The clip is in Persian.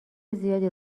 زیادی